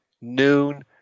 noon